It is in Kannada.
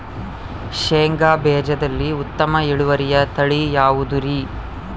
ಶೇಂಗಾ ಬೇಜದಲ್ಲಿ ಉತ್ತಮ ಇಳುವರಿಯ ತಳಿ ಯಾವುದುರಿ?